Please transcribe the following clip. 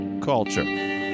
culture